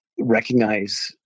Recognize